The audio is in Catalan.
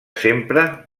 sempre